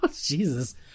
jesus